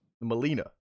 Melina